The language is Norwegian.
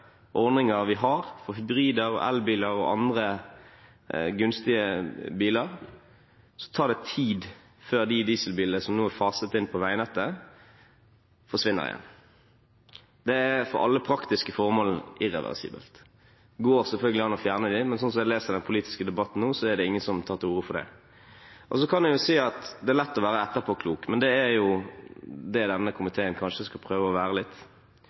ordninger vi har på hybrider og elbiler og andre gunstige biler, tar det tid før de dieselbilene som nå er faset inn på veinettet, forsvinner igjen. Det er for alle praktiske formål irreversibelt. Det går selvfølgelig an å fjerne dem, men slik som jeg leser den politiske debatten nå, er det ingen som tar til orde for det. Så kan en si at det er lett å være etterpåklok, men det er jo det denne komiteen til en viss grad kanskje skal prøve å være.